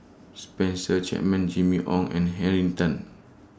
Spencer Chapman Jimmy Ong and Henn Tan